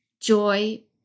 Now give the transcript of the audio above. joy